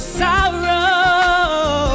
sorrow